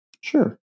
Sure